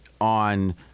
on